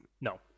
No